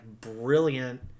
brilliant